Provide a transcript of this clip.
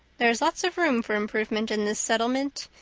there's lots of room for improvement in this settlement.